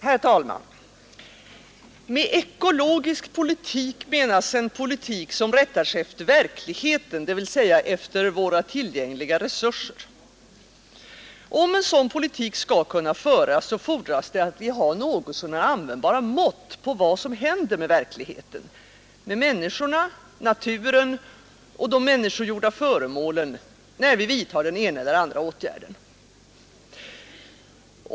Herr talman! Med ekologisk politik menas en politik som rättar sig efter verkligheten, dvs. Om en sådan politik skall kunna föras, fordras att vi har något så när användbara mått på vad som händer med verkligheten, med människorna, naturen och de människogjorda föremålen, när vi vidtar den ena eller efter våra tillgängliga resurser.